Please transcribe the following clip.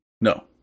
No